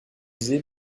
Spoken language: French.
usé